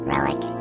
Relic